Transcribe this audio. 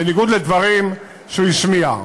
בניגוד לדברים שהוא השמיע.